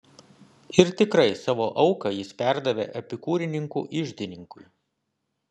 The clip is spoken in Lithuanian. ir tikrai savo auką jis perdavė epikūrininkų iždininkui